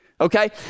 okay